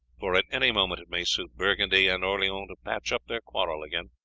for at any moment it may suit burgundy and orleans to patch up their quarrel again.